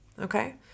Okay